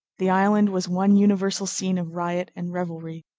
the island was one universal scene of riot and revelry.